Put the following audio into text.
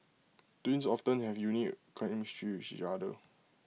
twins often have A unique chemistry each other